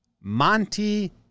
Monty